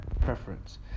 preference